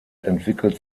entwickelt